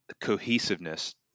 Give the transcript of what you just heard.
cohesiveness